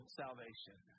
salvation